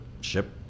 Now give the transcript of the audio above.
ship